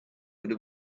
would